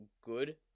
good